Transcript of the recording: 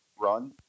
run